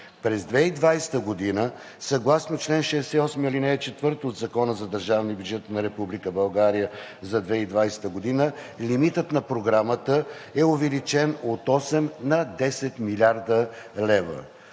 През 2020 г. съгласно чл. 68, ал. 4 от Закона за държавния бюджет на Република България за 2020 г. лимитът на Програмата е увеличен от 8 на 10 млрд. лв.